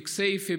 בכסייפה,